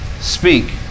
Speak